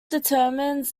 determines